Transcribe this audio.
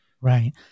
Right